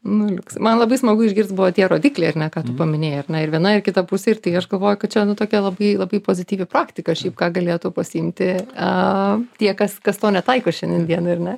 nu liuks man labai smagu išgirst buvo tie rodikliai ar ne ką tu paminėjai ar ne ir viena ir kita pusė ir tai aš galvoju kad čia nu tokia labai labai pozityvi praktika šiaip ką galėtų pasiimti tie kas kas to netaiko šiandien dienai ar ne